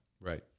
Right